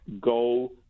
go